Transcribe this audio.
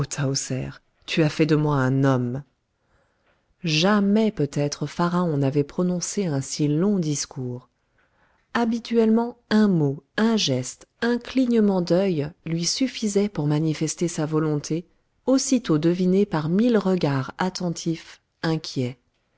tu as fait de moi un homme jamais peut-être pharaon n'avait prononcé un si long discours habituellement un mot un geste un clignement d'œil lui suffisaient pour manifester sa volonté aussitôt devinée par mille regards attentifs inquiets